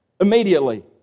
immediately